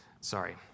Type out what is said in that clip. Sorry